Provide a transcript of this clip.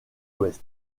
ouest